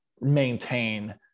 maintain